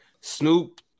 Snoop